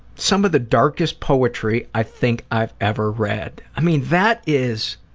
some of the darkest poetry i think i've ever read. i mean, that is,